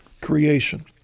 creation